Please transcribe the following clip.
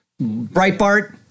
Breitbart